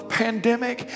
pandemic